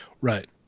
Right